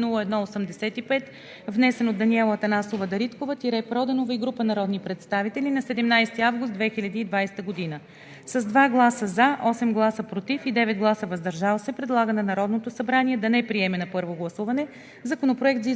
054-01-85, внесен от Даниела Анастасова Дариткова-Проданова и група народни представители на 17 август 2020 г.; - с 2 гласа „за“, 8 гласа „против“ и 9 гласа „въздържал се“ предлага на Народното събрание да не приеме на първо гласуване